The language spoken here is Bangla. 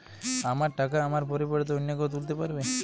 আমার টাকা আমার পরিবর্তে অন্য কেউ তুলতে পারবে?